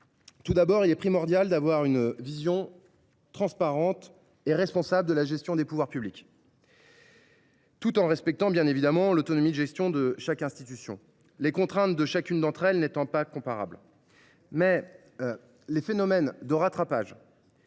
tout d’abord primordial d’avoir une vision transparente et responsable de la gestion des pouvoirs publics, tout en respectant l’autonomie de gestion de chaque institution, les contraintes de chacune d’entre elles n’étant pas comparables. S’ils interviennent dans